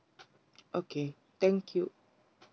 okay thank you